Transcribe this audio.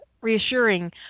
reassuring